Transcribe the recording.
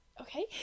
Okay